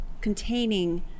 containing